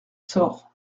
sort